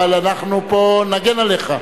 אבל, אנחנו פה נגן עליך.